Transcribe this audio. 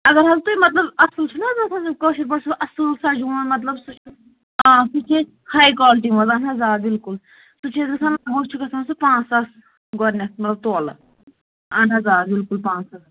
اگر حظ تُہۍ مطلب اَصٕل چھُنہٕ حظ آسان کٲشِر پٲٹھۍ چھُ اَصٕل سَجوُن مطلب سُہ چھُ آ سُہ چھِ أسۍ ہاے کالٹی منٛز اہن حظ آ بِلکُل سُہ چھِ گژھان چھُ گژھان سُہ پانٛژھ ساس گۄڈٕنٮ۪تھ مطلب تولہٕ اَہَن حظ آ بِلکُل پانٛژھ ساس